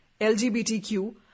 LGBTQ